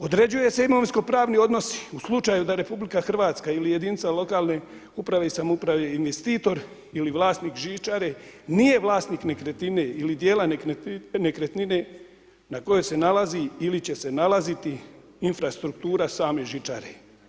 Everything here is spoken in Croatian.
Određuju se imovinsko pravni odnosi u slučaju da RH ili jedinica lokalne uprave i samouprave investitor ili vlasnik žičare nije vlasnik nekretnine ili dijela nekretnine na koje se nalazi ili će se nalaziti infrastruktura same žičare.